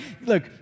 Look